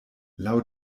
laŭ